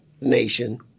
nation